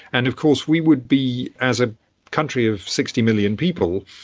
and of course we would be, as a country of sixty million people,